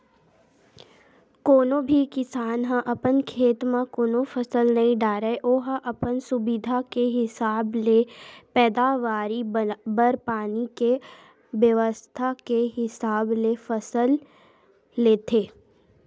कोनो भी किसान ह अपन खेत म कोनो फसल नइ डारय ओहा अपन सुबिधा के हिसाब ले पैदावारी बर पानी के बेवस्था के हिसाब ले फसल लेथे